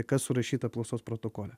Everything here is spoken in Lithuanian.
kas surašyta apklausos protokole